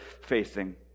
facing